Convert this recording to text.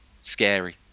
scary